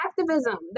activism